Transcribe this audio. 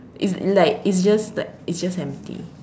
it's like it's just like it's just empty